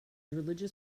religious